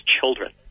children